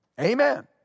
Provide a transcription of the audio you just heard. Amen